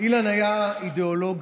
חום ונתינה.